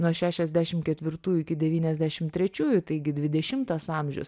nuo šešiasdešim ketvirtųjų iki devyniasdešim trečiųjų taigi dvidešimtas amžius